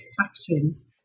factors